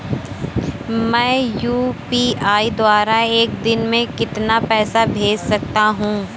मैं यू.पी.आई द्वारा एक दिन में कितना पैसा भेज सकता हूँ?